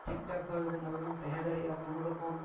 ᱴᱷᱤᱠ ᱴᱷᱟᱠ ᱵᱷᱟᱵᱮ ᱵᱚᱱ ᱟᱵᱚ ᱵᱚᱱ ᱛᱟᱦᱮᱸ ᱫᱟᱲᱮᱜᱼᱟ ᱠᱳᱱᱳ ᱨᱚᱠᱚᱢ